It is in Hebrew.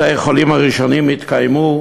בתי-החולים הראשונים התקיימו